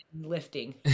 lifting